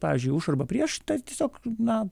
pavyzdžiui už arba prieš tai tiesiog na